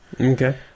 Okay